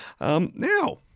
Now